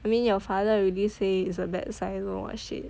I mean your father already say it's a bad sign don't know what shit